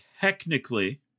Technically